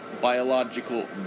biological